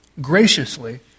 graciously